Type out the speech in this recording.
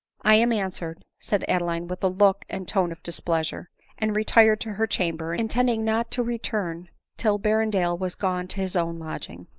i am answered, said adeline with a look and tone of displeasure and retired to her chamber, intending not to return till berrendale was gone to his own lodging.